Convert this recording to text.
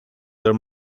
their